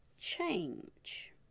change